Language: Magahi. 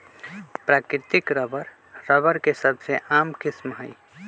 प्राकृतिक रबर, रबर के सबसे आम किस्म हई